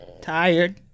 Tired